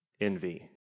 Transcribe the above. envy